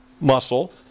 muscle